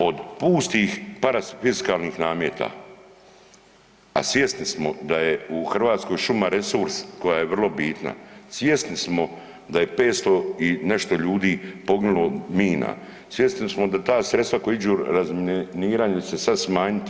Od pustih parafiskalnih nameta, a svjesni smo da je u Hrvatskoj šuma resurs koja je vrlo bitna, svjesni smo da je 500 i nešto ljudi poginulo od mina, svjesni smo da ta sredstva koja iđu razminiranje će se sad smanjiti.